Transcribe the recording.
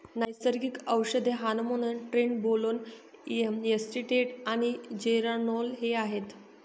नैसर्गिक औषधे hormones trenbolone acetate आणि जेरानोल हे आहेत